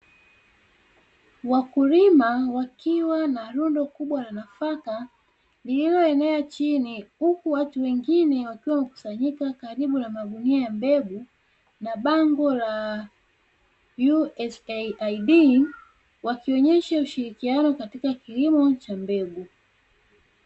Wakulima wakiwa na rundo kubwa la nafaka lililoenea chini huku, watu wengine wakiwa wakusanyika karibu na magunia ya mbegu na bango la "USAID", wakionyesha ushirikiano katika kilimo cha mbegu.